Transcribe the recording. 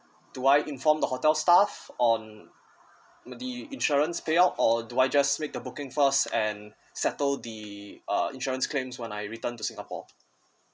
do I inform the hotel staff on the insurance payout or do I just make the booking first and settle the uh insurance claims when I returned to singapore